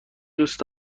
دوست